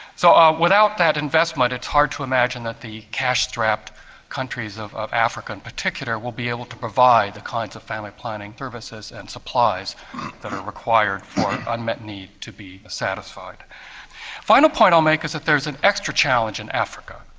so without that investment it's hard to imagine that the cash-strapped countries of of africa in particular will be able to provide the kinds of family planning services and supplies that are required for unmet need to be satisfied. the final point i'll make is that there is an extra challenge in africa.